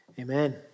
amen